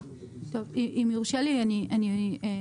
טוב, אם יורשה לי, אני אמשיך.